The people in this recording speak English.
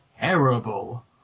terrible